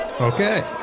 Okay